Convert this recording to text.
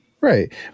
Right